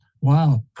Wow